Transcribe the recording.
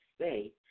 say